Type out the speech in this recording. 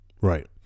right